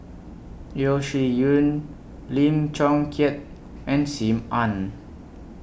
Yeo Shih Yun Lim Chong Keat and SIM Ann